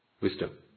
Wisdom